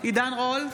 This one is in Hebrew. עידן רול,